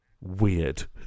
Weird